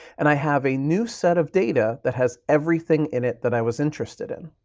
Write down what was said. and i have a new set of data that has everything in it that i was interested in.